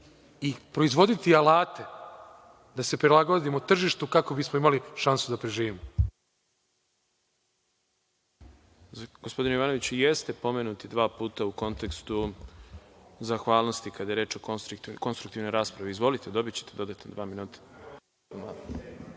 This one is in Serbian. i proizvoditi alate da se prilagodimo tržištu kako bismo imali šansu da preživimo. **Đorđe Milićević** Gospodine Jovanoviću, jeste pomenuti dva puta u kontekstu zahvalnosti kada je reč o konstruktivnoj raspravi. Izvolite, dobićete dodatna dva minuta. Reč